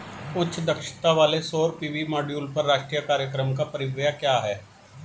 उच्च दक्षता वाले सौर पी.वी मॉड्यूल पर राष्ट्रीय कार्यक्रम का परिव्यय क्या है?